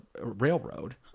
railroad